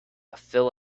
fill